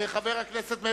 חבר הכנסת בר-און,